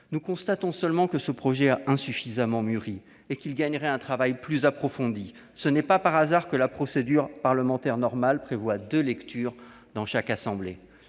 Nous constatons seulement que ce projet a insuffisamment mûri et qu'il gagnerait à un travail plus approfondi. Ce n'est pas un hasard si la procédure parlementaire normale prévoit deux lectures dans chaque assemblée.